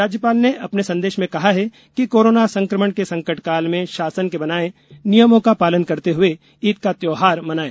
राज्यपाल ने अपने संदेश में कहा है कि कोरोना संक्रमण के संकट काल में शासन के बनाए नियमों का पालन करते हुए ईद का त्यौहार मनाएं